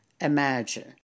imagine